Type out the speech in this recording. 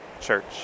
Church